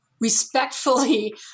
respectfully